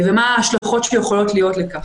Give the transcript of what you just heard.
ומה ההשלכות שיכולות להיות לכך.